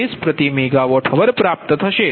76RsMWhr પ્રાપ્ત થશે